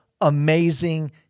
Amazing